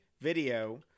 video